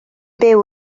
byw